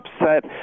upset